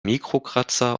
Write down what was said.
mikrokratzer